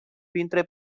printre